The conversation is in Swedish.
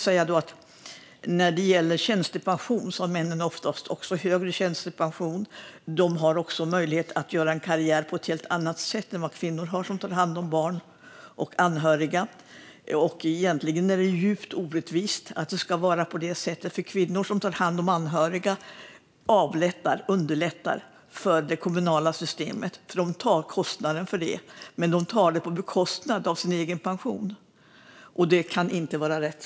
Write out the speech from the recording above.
Männens tjänstepension är också ofta högre, och männen har en helt annan möjlighet att göra karriär än kvinnorna, som tar hand om barn och andra anhöriga. Egentligen är det djupt orättvist att det ska vara på det sättet, för kvinnor som tar hand om anhöriga avlastar det kommunala systemet. De tar en del av kostnaden för det men på bekostnad av sin pension. Det kan inte vara rätt.